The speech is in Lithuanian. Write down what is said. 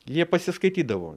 jie pasiskaitydavo